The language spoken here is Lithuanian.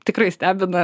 tikrai stebina